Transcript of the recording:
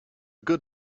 good